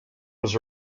was